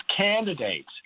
candidates